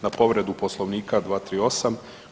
Na povredu Poslovnika, 238.